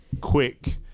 quick